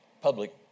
public